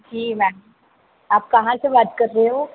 जी ma'am आप कहाँ से बात कर रहे हो